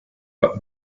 but